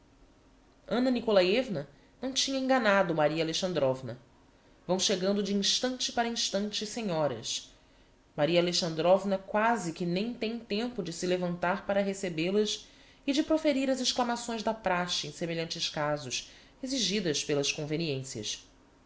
dmitrievna anna nikolaievna não tinha enganado maria alexandrovna vão chegando de instante para instante senhoras maria alexandrovna quasi que nem tem tempo de se levantar para recebêl as e de proferir as exclamações da praxe em semelhantes casos exigidas pelas conveniencias